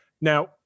Now